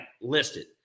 listed